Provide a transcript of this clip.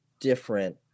different